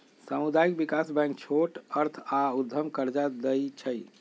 सामुदायिक विकास बैंक छोट अर्थ आऽ उद्यम कर्जा दइ छइ